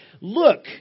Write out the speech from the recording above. Look